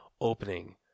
opening